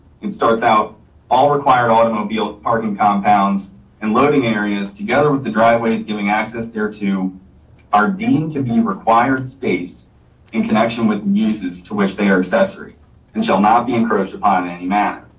it starts out all required automobile parking compounds and loading areas together with the driveways giving access there to are deemed to be required space in connection with uses to which they are accessory and shall not be encouraged upon any mat.